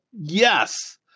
yes